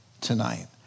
tonight